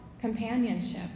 companionship